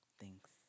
Thanks